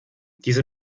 diese